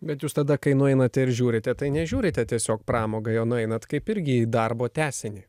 bet jūs tada kai nueinate ir žiūrite tai nežiūrite tiesiog pramogai o nueinat kaip irgi į darbo tęsinį